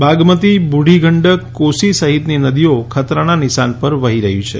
બાગમતી બુઢીગંડક કોસી સહિતની નદી આ ખતરાના નિશાન પર ઉપર વહી રહી છે